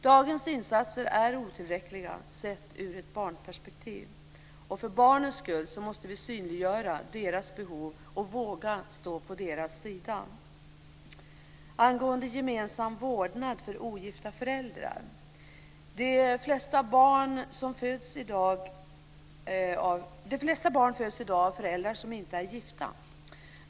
Dagens insatser är otillräckliga, sett ur ett barnperspektiv. För barnens skull måste vi synliggöra deras behov och våga stå på deras sida. De flesta barn föds i dag av föräldrar som inte är gifta.